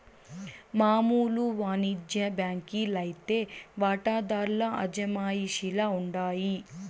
మామూలు వానిజ్య బాంకీ లైతే వాటాదార్ల అజమాయిషీల ఉండాయి